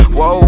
Whoa